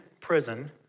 prison